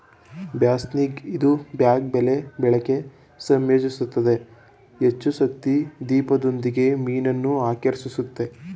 ಬಾಸ್ನಿಗ್ ಇದು ಬ್ಯಾಗ್ ಬಲೆ ಬಳಕೆ ಸಂಯೋಜಿಸುತ್ತೆ ಹೆಚ್ಚುಶಕ್ತಿ ದೀಪದೊಂದಿಗೆ ಮೀನನ್ನು ಆಕರ್ಷಿಸುತ್ತೆ